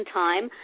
time